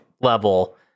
level